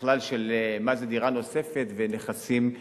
בכלל, של מה זה דירה נוספת ונכסים מניבים.